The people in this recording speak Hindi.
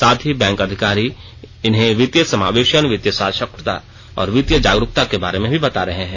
साथ ही बैंक अधिकारी इन्हें वित्तीय समावेशन वित्तीय साक्षरता और वित्तीय जागरूकता के बारे में भी बता रहे हैं